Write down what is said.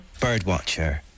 birdwatcher